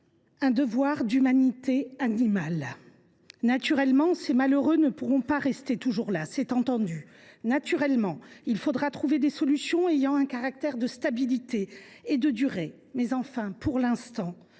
ensemble, d’humanité animale. « Naturellement, ces malheureux ne pourront pas rester toujours là, c’est entendu. « Naturellement, il faudra trouver des solutions ayant un caractère de stabilité et de durée, mais enfin pour l’instant,